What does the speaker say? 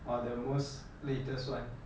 or the most latest one